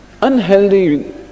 unhealthy